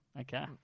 Okay